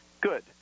Good